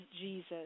Jesus